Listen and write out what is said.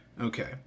Okay